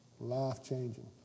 Life-changing